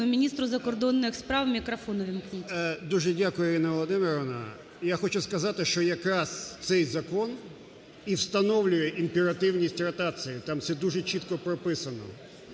міністру закордонних справ, мікрофон увімкніть. 13:19:54 КЛІМКІН П.А. Дуже дякую, Ірина Володимирівна. Я хочу сказати, що якраз цей закон і встановлює імперативність ротації, там це дуже чітко прописано.